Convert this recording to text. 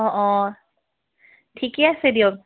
অঁ অঁ ঠিকে আছে দিয়ক